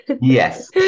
Yes